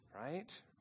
right